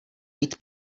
mít